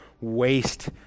waste